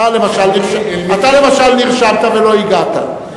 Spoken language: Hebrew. אתה, למשל, נרשמת ולא הגעת.